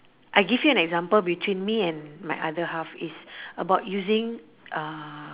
I give you an example between me and my other half it's about using uh